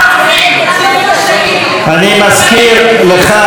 אני מזכיר לך,